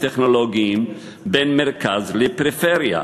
הטכנולוגיים בין מרכז לפריפריה.